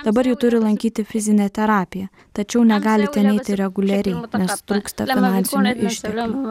dabar ji turi lankyti fizinę terapiją tačiau negali ten eiti reguliariai nes trūksta finansinių išteklių